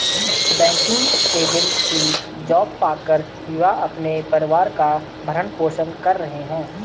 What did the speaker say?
banking agent की job पाकर युवा अपने परिवार का भरण पोषण कर रहे है